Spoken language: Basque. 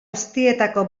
guztietako